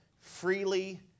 freely